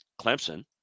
Clemson